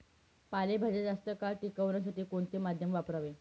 पालेभाज्या जास्त काळ टिकवण्यासाठी कोणते माध्यम वापरावे?